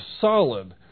solid